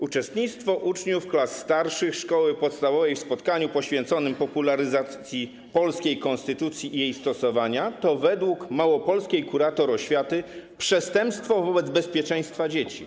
Uczestnictwo uczniów klas starszych szkoły podstawowej w spotkaniu poświęconym popularyzacji polskiej konstytucji i jej stosowania to według małopolskiej kurator oświaty przestępstwo wobec bezpieczeństwa dzieci.